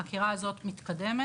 החקירה הזאת מתקדמת.